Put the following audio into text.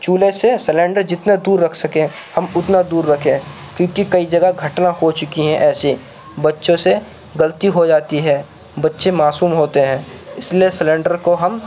چولہے سے سلینڈر جتنا دور رکھ سکیں ہم اتنا دور رکھیں کیونکہ کئی جگہ گھٹنا ہو چکی ہیں ایسے بچوں سے غلطی ہو جاتی ہے بچے معصوم ہوتے ہیں اس لیے سلینڈر کو ہم